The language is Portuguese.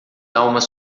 almas